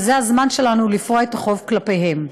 וזה הזמן שלנו לפרוע את החוב כלפיהם.